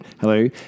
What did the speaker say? Hello